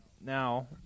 now